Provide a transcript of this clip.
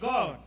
God